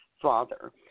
Father